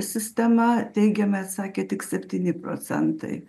sistema teigiamai atsakė tik septyni procentai